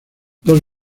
dos